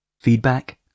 feedback